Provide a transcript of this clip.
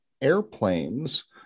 airplanes